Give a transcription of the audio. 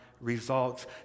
results